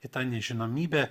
į tą nežinomybę